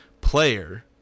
player